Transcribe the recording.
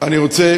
אני רוצה